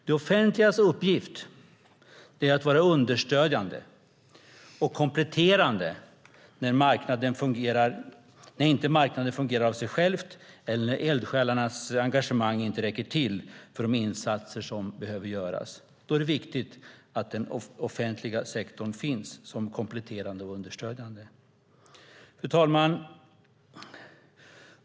Det offentligas uppgift är att vara understödjande och kompletterande när inte marknaden fungerar av sig själv eller när eldsjälarnas engagemang inte räcker till för de insatser som behöver göras. Då är det viktigt att den offentliga sektorn finns som kompletterande och understödjande. Fru talman!